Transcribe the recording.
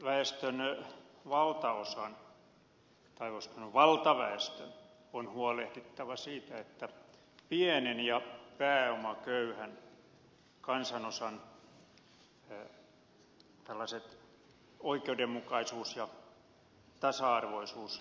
väestön valtaosan tai voisiko sanoa valtaväestön on huolehdittava siitä että pienen ja pääomaköyhän kansanosan oikeudenmukaisuus ja tasa arvoisuustavoitteet toteutetaan